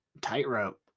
tightrope